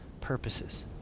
purposes